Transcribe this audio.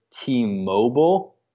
T-Mobile